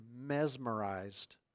mesmerized